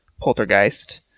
Poltergeist